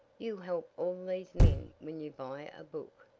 you help all these men when you buy a book.